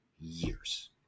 years